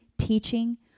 teaching